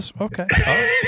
Okay